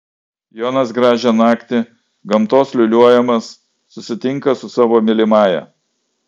jonas gražią naktį gamtos liūliuojamas susitinka su savo mylimąja